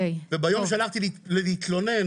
ביום שהלכתי להתלונן